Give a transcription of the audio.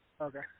Okay